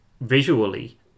visually